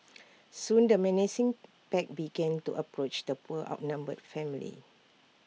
soon the menacing pack began to approach the poor outnumbered family